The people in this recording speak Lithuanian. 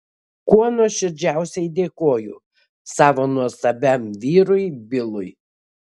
kuo nuoširdžiausiai dėkoju savo nuostabiajam vyrui bilui